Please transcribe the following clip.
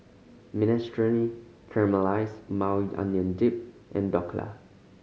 Minestrone Caramelized Maui Onion Dip and Dhokla